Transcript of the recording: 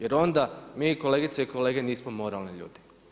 Jer onda mi, kolegice i kolege nismo moralni ljudi.